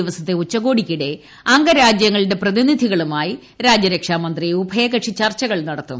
ദിവസത്തെ ച്ചുകോടിക്കിടെ അംഗരാജ്യങ്ങുടെ മുന്നു പ്രതിനിധികളുമായി രാജ്യിരക്ഷാമന്ത്രി ഉഭയകക്ഷി ചർച്ചകൾ നടത്തും